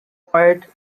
poet